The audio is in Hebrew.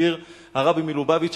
מסביר הרבי מלובביץ',